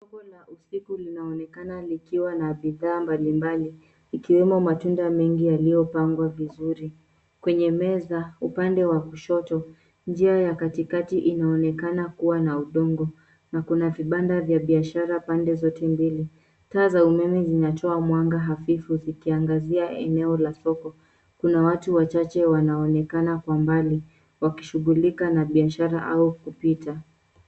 Soko la usiku linaonekana likiwa na bidhaa mbalimbali ikiwemo matunda mengi yaliyopangwa vizuri. Kwenye meza upande wa kushoto njia ya katikati inaonekana kuwa na udongo na kuna vibanda vya biashara pande zote mbili. Taa za umeme zinatoa mwanga hafifu zikiangazia eneo la soko. Kuna watu wachache wanaonekana kwa mbali wakishughulika na biashara au kupita.